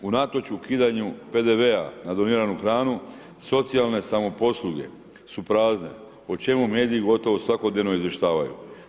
Unatoč ukidanju PDV-a na doniranu hranu socijalne samoposluge su prazne o čemu mediji gotovo svakodnevno izvještavaju.